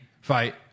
fight